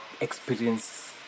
experience